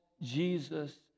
Jesus